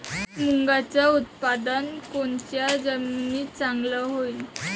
मुंगाचं उत्पादन कोनच्या जमीनीत चांगलं होईन?